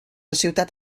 ciutat